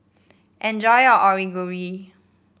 enjoy your Onigiri